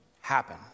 happen